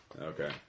Okay